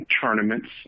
tournaments